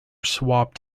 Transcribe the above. swapped